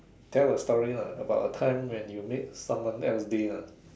tell a story lah about a time when you made someone else day lah